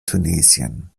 tunesien